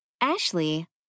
Ashley